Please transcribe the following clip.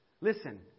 Listen